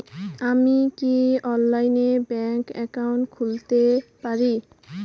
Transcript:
আমি কি অনলাইনে ব্যাংক একাউন্ট খুলতে পারি?